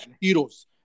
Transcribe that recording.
heroes